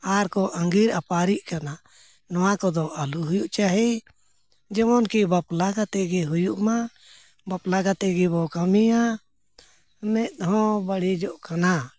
ᱟᱨ ᱠᱚ ᱟᱸᱜᱤᱨ ᱟᱯᱟᱨᱤᱜ ᱠᱟᱱᱟ ᱱᱚᱣᱟ ᱠᱚᱫᱚ ᱟᱞᱚ ᱦᱩᱭᱩᱜ ᱪᱟᱦᱤ ᱡᱮᱢᱚᱱ ᱠᱤ ᱵᱟᱯᱞᱟ ᱠᱟᱛᱮᱫ ᱜᱮ ᱦᱩᱭᱩᱜᱢᱟ ᱵᱟᱯᱞᱟ ᱠᱟᱛᱮᱫ ᱜᱮᱵᱚᱱ ᱠᱟᱹᱢᱤᱭᱟ ᱢᱮᱫ ᱦᱚᱸ ᱵᱟᱹᱲᱤᱡᱚᱜ ᱠᱟᱱᱟ